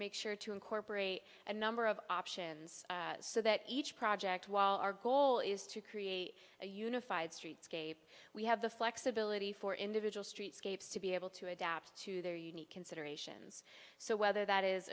make sure to incorporate a number of options so that each project while our goal is to create a unified streetscape we have the flexibility for individual streetscapes to be able to adapt to their unique considerations so whether that is